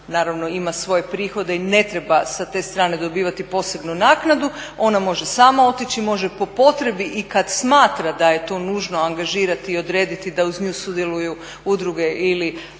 naravno ima svoje prihode i ne treba sa te strane dobivati posebnu naknadu, ona može sama otići, može po potrebi i kad smatra da je to nužno angažirati i odrediti da uz nju sudjeluju udruge ili